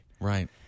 Right